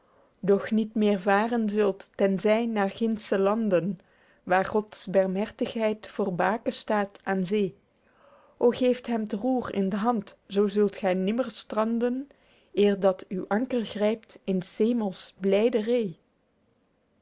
doch niet meer varen zult ten zy naer gindsche landen waer gods bermhertigheid voor bake staet aen zee o geeft hem t roer in d'hand zoo zult gy nimmer stranden eer dat uw anker grypt in s hemels